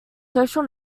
social